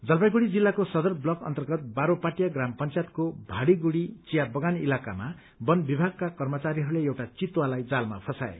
जलपाइगढ़ी जिल्लाको सदर ब्लक अन्तर्गत बारोपाटिया ग्राम पंचायतको भांडीगुड़ी चिया बगान इलाकामा वनविभागका कर्मचारीहरूले एउटा चितुवालाई जालमा फँसाए